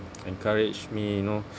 encourage me you know